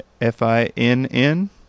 F-I-N-N